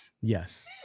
Yes